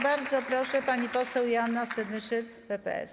Bardzo proszę, pani poseł Joanna Senyszyn, PPS.